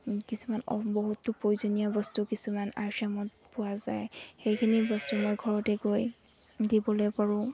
কিছুমান বহুতো প্ৰয়োজনীয় বস্তু কিছুমান আৰ চি এমত পোৱা যায় সেইখিনি বস্তু মই ঘৰতে গৈ দিবলৈ পাৰোঁ